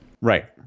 Right